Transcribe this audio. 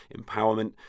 empowerment